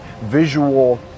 visual